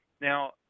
Now